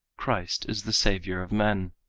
christ is the saviour of men.